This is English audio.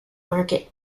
market